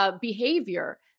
behavior